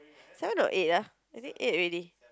seven or eight ah I think eight already